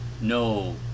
No